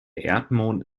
erdmond